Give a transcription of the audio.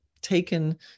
taken